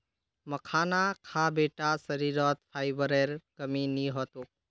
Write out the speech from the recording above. मखाना खा बेटा शरीरत फाइबरेर कमी नी ह तोक